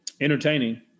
Entertaining